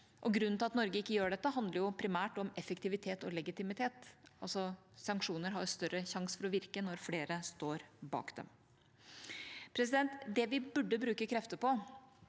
Grunnen til at Norge ikke gjør dette, handler primært om effektivitet og legitimitet. Sanksjoner har større sjanse for å virke når flere står bak dem. Det vi burde bruke krefter på,